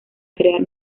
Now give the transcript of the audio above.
crear